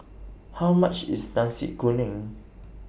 How much IS Nasi Kuning